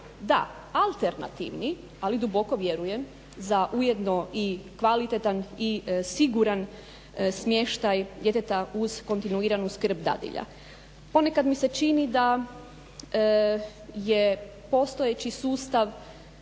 Da, alternativni ali duboko vjerujem za ujedno i kvalitetan i siguran smještaj djeteta uz kontinuiranu skrb dadilja. Ponekad mi se čini da je postojeći sustav